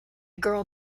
girl